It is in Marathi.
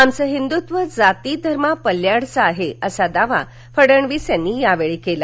आमचं हिंदुत्व जाती धर्मा पल्याडचं आहे असा दावा फडणविस यांनी यावेळी केला